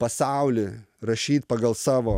pasaulį rašyt pagal savo